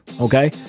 Okay